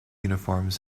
uniforms